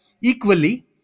equally